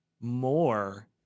more